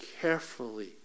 carefully